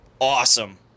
Awesome